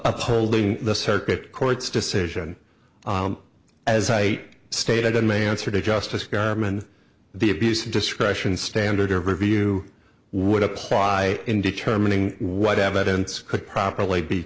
upholding the circuit court's decision as i stated in may answer to justice garman the abuse of discretion standard of review would apply in determining what evidence could properly be